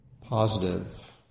positive